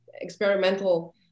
experimental